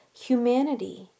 humanity